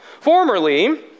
Formerly